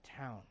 town